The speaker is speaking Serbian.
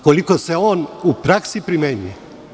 Koliko se on u praksi primenjuje?